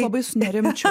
labai sunerimčiau